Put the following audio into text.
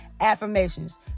affirmations